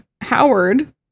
Howard